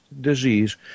disease